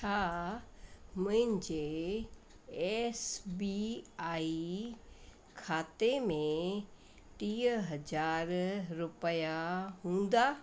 छा मुंहिंजे S B I खाते में टीह हज़ार रुपिया हूंदा